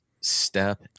step